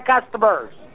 customers